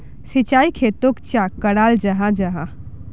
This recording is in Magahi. सिंचाई खेतोक चाँ कराल जाहा जाहा?